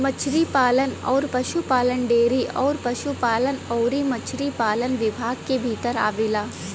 मछरी पालन अउर पसुपालन डेयरी अउर पसुपालन अउरी मछरी पालन विभाग के भीतर आवेला